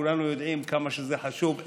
כולנו יודעים כמה זה חשוב,